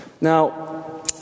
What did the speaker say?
Now